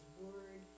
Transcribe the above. word